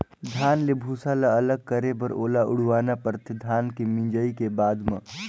धान ले भूसा ल अलग करे बर ओला उड़वाना परथे धान के मिंजाए के बाद म